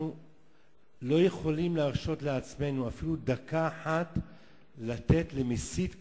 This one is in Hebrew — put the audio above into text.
אנחנו לא יכולים להרשות לעצמנו אפילו דקה אחת לתת למסית כזה,